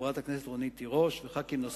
חברת הכנסת רונית תירוש וחברי כנסת נוספים.